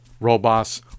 robots